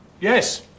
Yes